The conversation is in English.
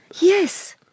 Yes